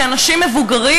כאנשים מבוגרים,